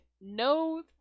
no